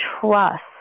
trust